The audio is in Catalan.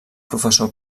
professor